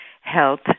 health